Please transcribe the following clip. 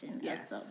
Yes